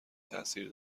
تاثیر